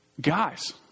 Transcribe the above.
Guys